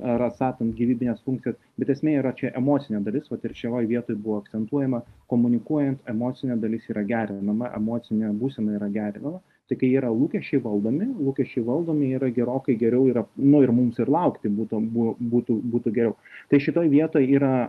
ar atstatant gyvybines funkcijas bet esmė yra čia emocinė dalis vat ir šioj vietoj buvo akcentuojama komunikuojant emocinė dalis yra gerinama emocinė būsena yra gerinama tai kai yra lūkesčiai valdomi lūkesčiai valdomi yra gerokai geriau yra nu ir mums ir laukti būtų būtų būtų geriau tai šitoj vietoj yra